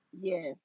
yes